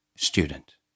Student